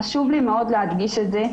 חשוב לי מאוד להדגיש את זה,